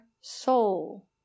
soul